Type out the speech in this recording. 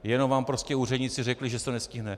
Jenom vám prostě úředníci řekli, že se to nestihne.